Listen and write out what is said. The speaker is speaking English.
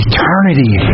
Eternity